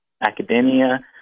academia